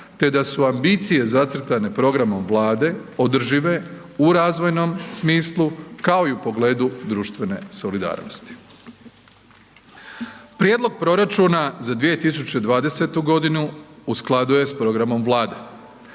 te da su ambicije zacrtane programom Vlade održive u razvojnom smislu kao i u pogledu društvene solidarnosti. Prijedlog proračuna za 2020. godinu u skladu je s programom Vlade.